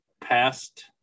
past